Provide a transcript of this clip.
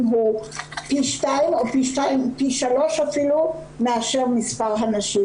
הוא פי 2 או פי 3 אפילו ממספר הנשים.